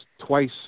twice